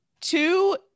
Two